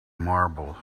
marble